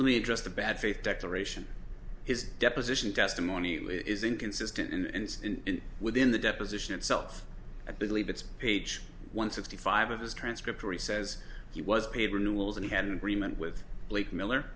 me address the bad faith declaration his deposition testimony is inconsistent and within the deposition itself i believe it's page one sixty five of his transcript where he says he was paid renewals and had an agreement with blake miller